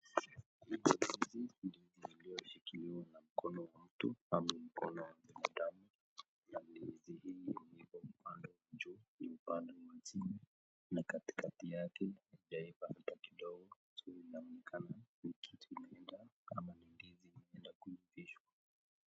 Hizi ni ndizi zilizoshikiliwa na mkono wa mtu ama mkono wa binadamu. Na ndizi hii yenye upande wa juu na upande wa chini na katikati yake haijaiva kabisa kidogo, so inaonekana ni kitu imeenda ama ni ndizi imeenda kuivishwa.